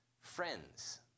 friends